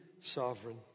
sovereign